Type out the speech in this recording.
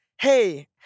hey